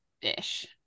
ish